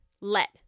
let